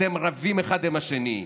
אתם רבים אחד עם השני,